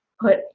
put